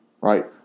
right